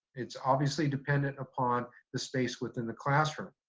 it's obviously dependent upon the space within the classroom.